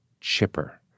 chipper